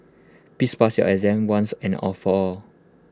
please pass your exam once and all for all